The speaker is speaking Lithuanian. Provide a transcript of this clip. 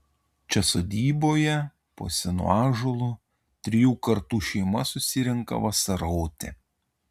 čia sodyboje po senu ąžuolu trijų kartų šeima susirenka vasaroti